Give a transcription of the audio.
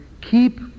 keep